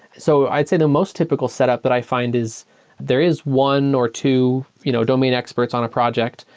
so i'd say the most typical setup that i find is there is one or two you know domain experts on a project,